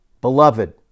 Beloved